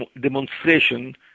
demonstration